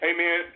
Amen